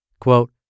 Quote